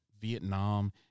Vietnam